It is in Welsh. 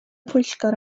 pwyllgor